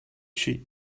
she